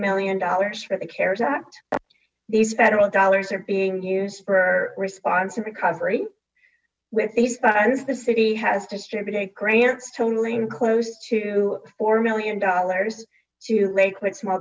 million dollars for the cares act these federal dollars ae being used for response recovery with these funds the city has distributed grants totaling close to four million dollars to lakewood small